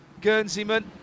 Guernseyman